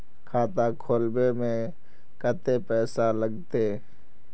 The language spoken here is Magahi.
खाता खोलबे में कते पैसा लगते?